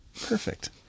perfect